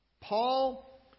Paul